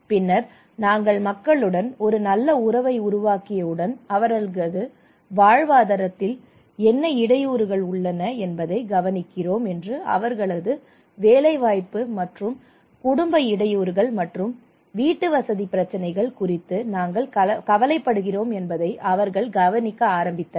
பின்னர் நாங்கள் மக்களுடன் ஒரு நல்ல உறவை உருவாக்கிய உடன் அவர்களது வாழ்வாதாரத்தில் என்ன இடையூறுகள் உள்ளன என்பதை கவனிக்கிறோம் என்றும் அவர்களது வேலைவாய்ப்பு மற்றும் குடும்ப இடையூறுகள் மற்றும் வீட்டு வசதி பிரச்சனைகள் குறித்து நாங்கள் கவலைப்படுகிறோம் என்பதை அவர்கள் கவனிக்க ஆரம்பித்தனர்